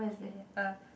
okay uh